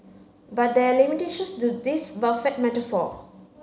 but there are limitations to this buffet metaphor